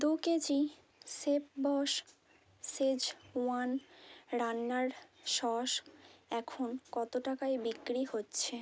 দু kg chef boss schezwan রান্নার sauce এখন কতো টাকায় বিক্রি হচ্ছে